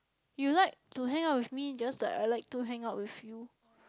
you like to hang out with me just like I like to hang out with you